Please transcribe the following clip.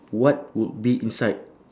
what would be inside